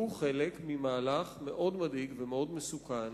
והוא חלק ממהלך מאוד מדאיג ומאוד מסוכן